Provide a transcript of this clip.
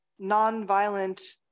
nonviolent